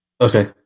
Okay